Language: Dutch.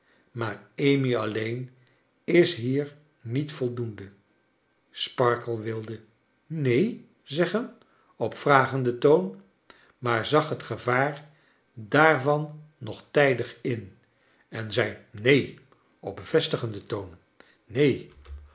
maar amy alleen is hier niet voldoende sparkler wilde neen zeggen op vragenden toon maar zag het gevaar daarvan nog tijdig in en zei neen op bevestigenden toon neen